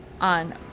on